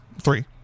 Three